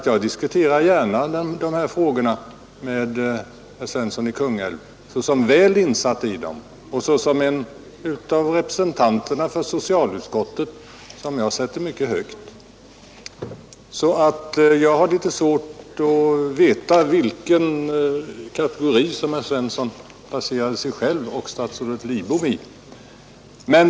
Jag diskuterar gärna de här frågorna med herr Svensson i Kungälv som är väl insatt i dem och som är en av representanterna i socialutskottet som jag sätter mycket högt. Jag har därför litet svårt att veta vilken kategori som herr Svensson placerade sig själv och statsrådet Lidbom i.